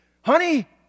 honey